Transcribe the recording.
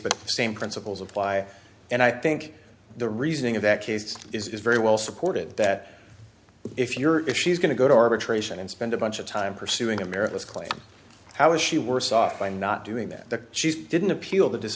but the same principles apply and i think the reasoning of that case is very well supported that if you're if she's going to go to arbitration and spend a bunch of time pursuing america's claim how is she worse off by not doing that that she didn't appeal the dis